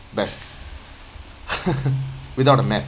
back without a map